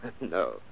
No